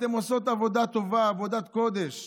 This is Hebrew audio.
אתן עושות עבודה טובה, עבודת קודש.